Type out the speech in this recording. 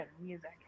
music